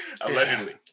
Allegedly